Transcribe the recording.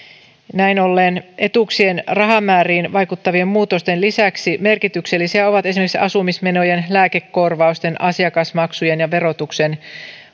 näin ollen etuuksien rahamääriin vaikuttavien muutosten lisäksi merkityksellisiä ovat esimerkiksi asumismenojen lääkekorvausten asiakasmaksujen ja verotuksen